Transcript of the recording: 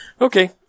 Okay